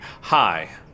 Hi